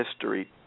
history